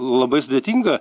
labai sudėtinga